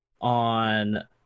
on